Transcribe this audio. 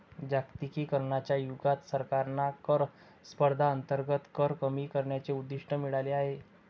जागतिकीकरणाच्या युगात सरकारांना कर स्पर्धेअंतर्गत कर कमी करण्याचे उद्दिष्ट मिळाले आहे